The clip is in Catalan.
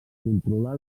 controlar